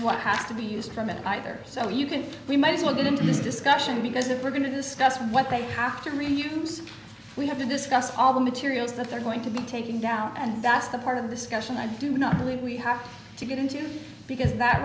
what has to be used from it either so you can we might as well get into this discussion because if we're going to discuss what they have to reuse we have to discuss all the materials that they're going to be taking down and that's the part of this question i do not believe we have to get into because that